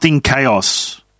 chaos